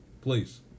please